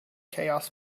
chaos